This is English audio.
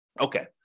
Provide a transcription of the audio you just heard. Okay